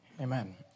Amen